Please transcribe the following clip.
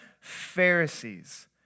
Pharisees